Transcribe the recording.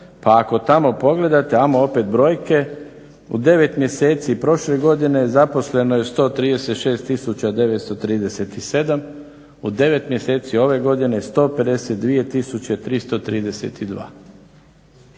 Pa ako tamo pogledate, ajmo opet brojke u 9 mjeseci prošle godine zaposleno je 136 936, u 9 mjeseci ove godine 152 332.